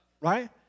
right